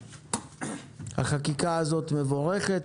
החקיקה הזאת מבורכת,